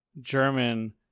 German